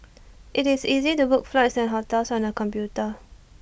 IT is easy to book flights and hotels on the computer